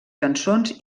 cançons